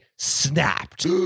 snapped